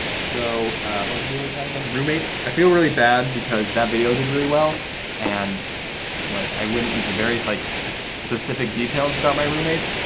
so what video was that again? roommates? i feel really bad because that video did really well and like i went into very like specific details about my roommates,